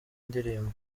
ndirimbo